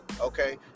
okay